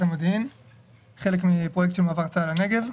המודיעין כחלק מפרויקט של מעבר צה"ל לנגב.